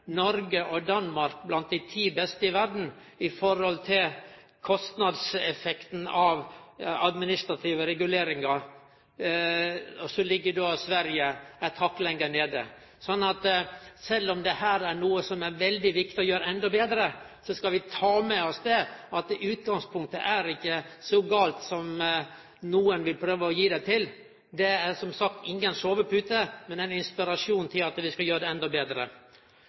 Noreg og Danmark blant dei ti beste i verda når det gjeld kostnadseffekten av administrative reguleringar. Sverige ligg eit hakk lenger nede. Sjølv om dette er noko som det er veldig viktig å gjere enda betre, skal vi ta med oss at utgangspunktet ikkje er så gale som nokon prøver å gjere det til. Det er, som sagt, inga sovepute, men ein inspirasjon til at vi skal gjere det enda betre.